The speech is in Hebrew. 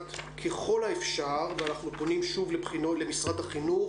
לדעת ככל האפשר - ואנחנו פונים שוב למשרד החינוך